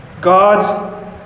God